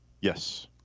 Yes